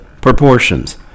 proportions